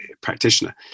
practitioner